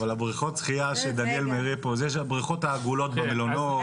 אבל הבריכות שחיה שדניאל מראה פה זה הבריכות העגולות במלונות.